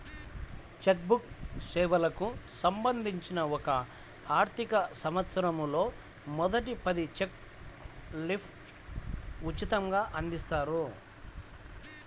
check book సేవలకు సంబంధించి ఒక ఆర్థికసంవత్సరంలో మొదటి పది చెక్ లీఫ్లు ఉచితంగ అందిస్తారు